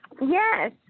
Yes